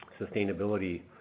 sustainability